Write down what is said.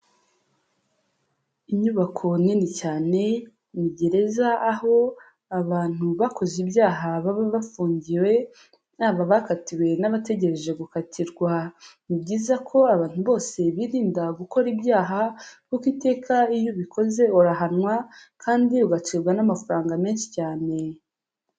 Inyubako nini cyane, ni gereza aho abantu bakoze ibyaha baba bafungiwe, yaba abakatiwe n'abategereje gukatirwa. Ni byiza ko abantu bose birinda gukora ibyaha kuko iteka iyo ubikoze urahanwa kandi ugacibwa n'amafaranga menshi cyane.